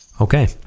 Okay